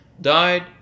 died